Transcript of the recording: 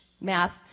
math